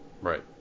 Right